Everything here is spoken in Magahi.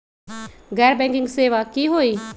गैर बैंकिंग सेवा की होई?